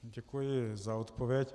Děkuji za odpověď.